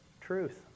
truth